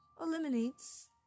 eliminates